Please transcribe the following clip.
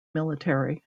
military